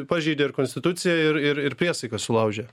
pažeidė ir konstituciją ir ir ir priesaiką sulaužė